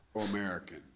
American